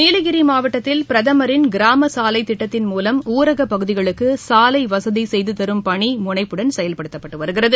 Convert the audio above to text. நீலகிரி மாவட்டத்தில் பிரதமரின் கிராம சாலைத் திட்டத்தின் மூலம் ஊரகப் பகுதிகளுக்கு சாலை வசதி செய்து தரும் பணி முனைப்புடன் செயல்படுத்தப்பட்டு வருகிறது